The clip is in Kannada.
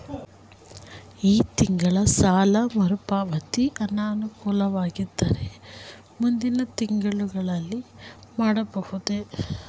ಈ ತಿಂಗಳು ಸಾಲ ಮರುಪಾವತಿ ಅನಾನುಕೂಲವಾಗಿದ್ದರೆ ಮುಂದಿನ ತಿಂಗಳಲ್ಲಿ ಮಾಡಬಹುದೇ?